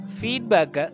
feedback